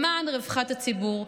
למען רווחת הציבור,